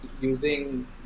using